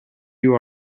you